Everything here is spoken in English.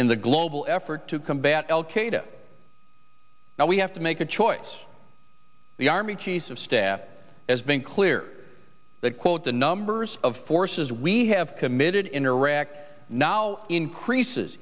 in the global effort to combat al qaeda now we have to make a choice the army chief of staff has been clear that quote the numbers of forces we have committed in iraq now increases